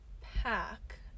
pack